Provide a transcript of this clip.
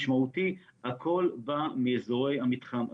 הכל מגיע מאזורי המתחם הזה.